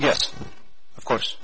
yet of course